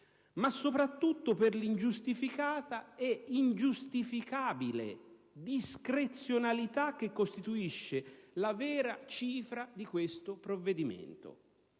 ma soprattutto per l'ingiustificata e ingiustificabile discrezionalità che ne costituisce la vera cifra. Vede,